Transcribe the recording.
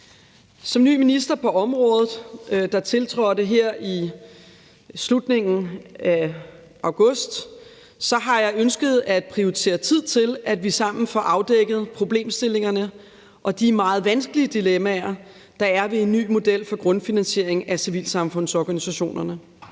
Som ny minister på området, der tiltrådte her i slutningen af august, har jeg ønsket at prioritere tid til, at vi sammen får afdækket problemstillingerne og de meget vanskelige dilemmaer, der er ved en ny model for grundfinansiering af civilsamfundsorganisationerne.